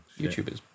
YouTubers